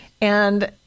and-